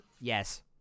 Yes